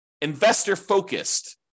investor-focused